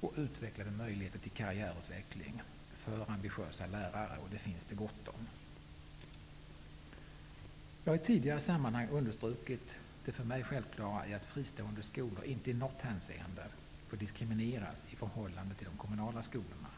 och utvecklade möjligheter till karriärutveckling för ambitiösa lärare. Det finns det gott om. Jag har i tidigare sammanhang understrukit det för mig självklara i att fristående skolor inte i något avseende får diskrimineras i förhållande till de kommunala skolorna.